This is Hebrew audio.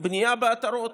בנייה בעטרות,